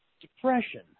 depression